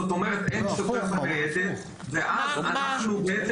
זאת אומרת אין שוטר בניידת ואז אנחנו בעצם